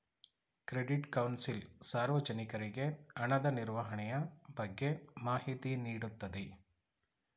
credit council ಸಾರ್ವಜನಿಕರಿಗೆ ಹಣದ ನಿರ್ವಹಣೆಯ ಬಗ್ಗೆ ಮಾಹಿತಿ ನೀಡುತ್ತದೆ